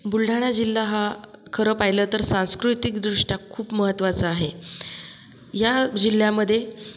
बुलढाणा जिल्हा हा खरं पहिलं तर सांस्कृतिकदृष्ट्या खूप महत्त्वाचा आहे या जिल्ह्यामध्ये